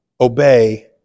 obey